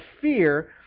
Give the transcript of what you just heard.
fear